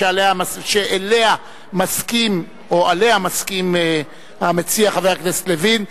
שעליה מסכים המציע חבר הכנסת לוין,